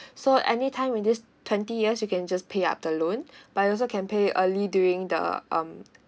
so any time within twenty years you can just pay up the loan but you also can pay early during the um